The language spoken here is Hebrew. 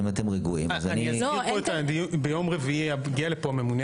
אם אתם רגועים אז אני ביום רביעי הגיע לפה הממונה